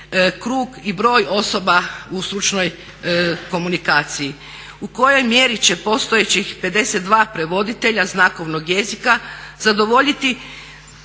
krug i broj osoba u stručnoj komunikaciji u kojoj mjeri će postojećih 52 prevoditelja znakovnog jezika zadovoljiti